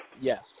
Yes